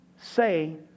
say